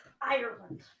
Ireland